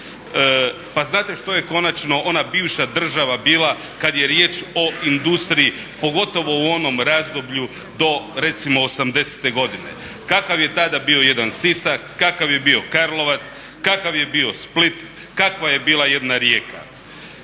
Pa znate što je konačno ona bivša država bila kad je riječ o industriji, pogotovo u onom razdoblju do recimo '80. godine? Kakav je tada bio jedan Sisak, kakav je bio Karlovac, kakav je bio Split, kakva je bila jedna Rijeka?